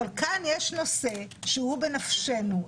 אבל כאן יש נושא שהוא בנפשנו.